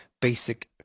basic